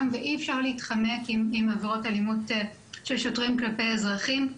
ואי אפשר להתחמק עם עבירות אלימות של שוטרים כלפי אזרחים.